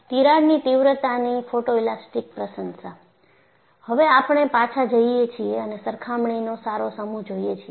તિરાડની તીવ્રતાની ફોટોએલાસ્ટીક પ્રશંસા હવે આપણે પાછા જઈએ છીએ અને સરખામણીનો સારો સમૂહ જોઈએ છીએ